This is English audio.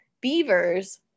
Beavers